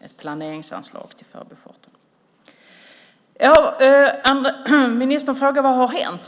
ett planeringsanslag till förbifarten. Ministern frågar: Vad har hänt?